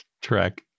track